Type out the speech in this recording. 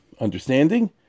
understanding